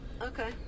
Okay